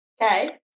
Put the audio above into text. Okay